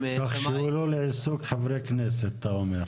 כך שהוא לא לעיסוק חברי כנסת אתה אומר.